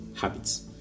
habits